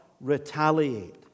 retaliate